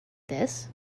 this